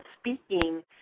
speaking